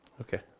Okay